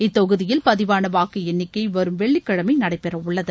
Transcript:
இத்தொகுதியில் பதிவான வாக்கு எண்ணிக்கை வரும் வெள்ளிக்கிழமை நடைபெற உள்ளது